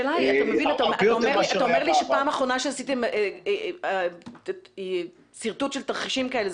אתה אומר לי שפעם אחרונה שעשיתם שרטוט של תרחישים כאלה,